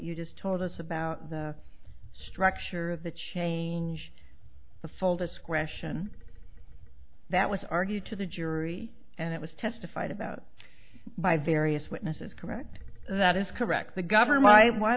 you just told us about the structure of the change the folders question that was argued to the jury and it was testified about by various witnesses correct that is correct the govern